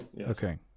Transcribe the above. Okay